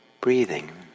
breathing